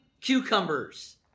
cucumbers